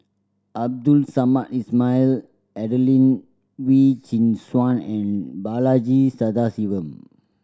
Abdul Samad Ismail Adelene Wee Chin Suan and Balaji Sadasivan